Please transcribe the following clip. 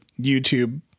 YouTube